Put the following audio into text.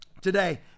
today